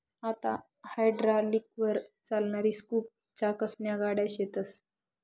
आते हायड्रालिकलवर चालणारी स्कूप चाकसन्या गाड्या शेतस